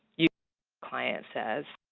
yeah client says.